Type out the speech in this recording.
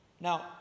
Now